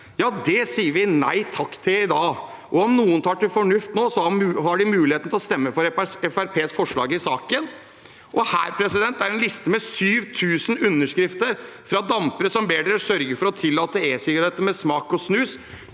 Det sier vi nei takk til i dag. Om noen tar til fornuft nå, har de muligheten til å stemme for Fremskrittspartiets forslag i saken. Her er en liste med 7 000 underskrifter fra dampere som ber dere sørge for å tillate e-sigaretter med smak og snus